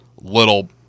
little